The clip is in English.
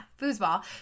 foosball